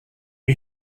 you